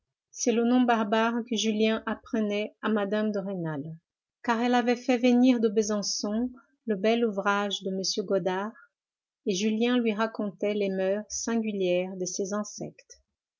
c'est le nom barbare que julien apprenait à mme de rênal car elle avait fait venir de besançon le bel ouvrage de m godart et julien lui racontait les moeurs singulières de ces insectes